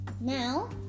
now